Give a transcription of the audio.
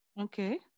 Okay